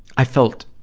i felt,